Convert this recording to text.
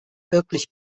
wirklich